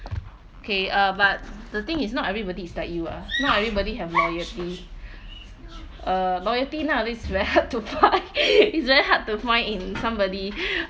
okay uh but the thing is not everybody is like you ah not everybody have loyalty uh loyalty nowadays is very hard to find it's very hard to find in somebody